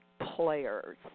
players